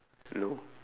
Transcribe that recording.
no